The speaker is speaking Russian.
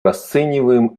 расцениваем